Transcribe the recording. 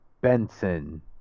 Benson